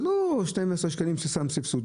זה לא 12 שנים סבסוד.